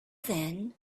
then